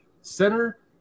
center